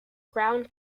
ground